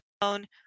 phone